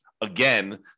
again